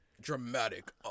dramatic